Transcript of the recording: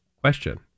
question